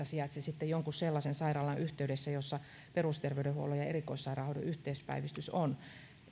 sijaitse sitten jonkun sellaisen sairaalan yhteydessä jossa perusterveydenhuollon ja erikoissairaanhoidon yhteispäivystys on